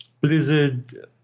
Blizzard